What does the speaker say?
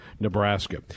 nebraska